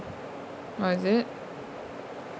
oh is it